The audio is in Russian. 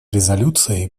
резолюции